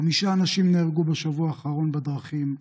חמישה אנשים נהרגו בשבוע האחרון בדרכים.